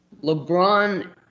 LeBron